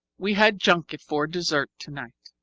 we had junket for dessert tonight.